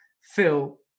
Phil